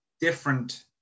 different